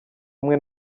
umwe